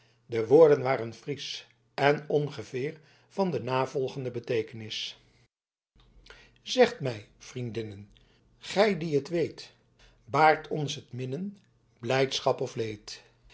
de woorden waren friesch en ongeveer van de navolgende beteekenis zegt mij vriendinnen gij die het weet baart ons het minnen blijdschap of leed